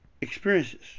experiences